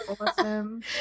awesome